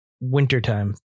wintertime